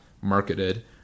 marketed